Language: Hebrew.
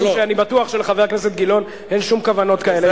משום שאני בטוח שלחבר הכנסת גילאון אין שום כוונות כאלה.